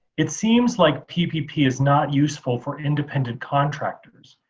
it seems like ppp is not useful for independent contractors.